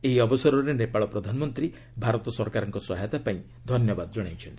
ଏହି ଅବସରରେ ନେପାଳ ପ୍ରଧାନମନ୍ତ୍ରୀ ଭାରତ ସରକାରଙ୍କ ସହାୟତା ପାଇଁ ଧନ୍ୟବାଦ ଜଣାଇଛନ୍ତି